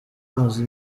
maze